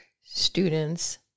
students